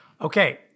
Okay